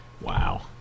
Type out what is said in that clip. Wow